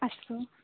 अस्तु